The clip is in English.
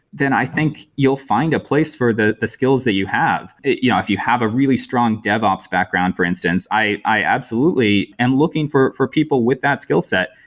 then i think you'll find a place for the the skills that you have. if yeah if you have a really strong devops background, for instance, i i absolutely am looking for for people with that skillset.